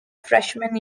freshmen